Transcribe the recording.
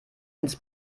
ins